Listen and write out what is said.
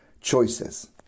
choices